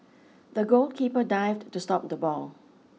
the goalkeeper dived to stop the ball